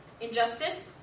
injustice